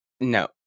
No